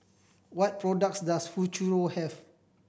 what products does Futuro have